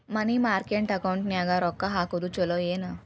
ಮನಿ market ಅಕೌಂಟಿನ್ಯಾಗ ರೊಕ್ಕ ಹಾಕುದು ಚುಲೊ ಏನು